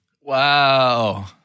Wow